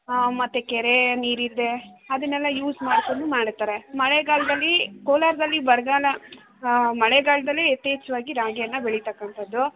ಮತ್ತೆ ಕೆರೆ ನೀರಿದೆ ಅದನ್ನೆಲ್ಲ ಯೂಸ್ ಮಾಡಿಕೊಂಡು ಮಾಡ್ತಾರೆ ಮಳೆಗಾಲದಲ್ಲಿ ಕೋಲಾರದಲ್ಲಿ ಬರಗಾಲ ಮಳೆಗಾಲದಲ್ಲಿ ಯಥೇಚ್ಛವಾಗಿ ರಾಗಿನ ಬೆಳಿತಕ್ಕಂತದ್ದು